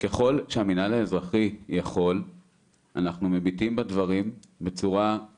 ככל שהמינהל האזרחי יכול אנחנו מביטים בדברים בצורה בלתי אמצעית.